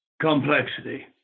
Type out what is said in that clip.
complexity